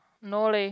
no leh